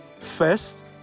First